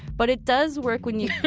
but it does work when you.